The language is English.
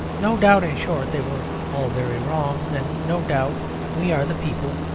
no doubt, in short, they were all very wrong and no doubt we are the people,